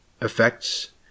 effects